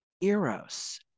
Eros